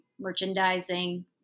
merchandising